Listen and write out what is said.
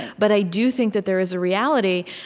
but i do think that there is a reality,